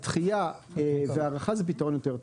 הדחייה והארכה זה פתרון יותר טוב.